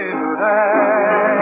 today